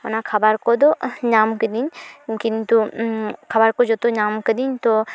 ᱚᱱᱟ ᱠᱷᱟᱵᱟᱨ ᱠᱚᱫᱚ ᱧᱟᱢ ᱠᱤᱫᱟᱹᱧ ᱠᱤᱱᱛᱩ ᱠᱷᱟᱵᱟᱨᱠᱚ ᱡᱚᱛᱚ ᱧᱟᱢ ᱠᱤᱫᱟᱹᱧ ᱛᱚ